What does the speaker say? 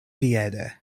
piede